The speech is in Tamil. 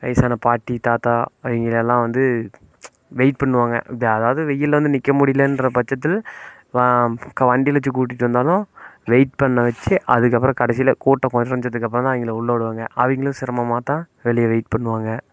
வயசான பாட்டி தாத்தா அவங்களை எல்லாம் வந்து வெயிட் பண்ணுவாங்க அதாவது வெயிலில் வந்து நிற்க முடியலன்ற பட்சத்தில் வண்டியில் வச்சு கூட்டிகிட்டு வந்தாலும் வெயிட் பண்ண வச்சு அதுக்கப்புறம் கடைசியில் கூட்டம் கொறைஞ்சதுக்கப்பறம் தான் அவங்கள உள்ளே விடுவாங்க அவங்களும் சிரமமாகத்தான் வெளியே வெயிட் பண்ணுவாங்க